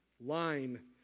line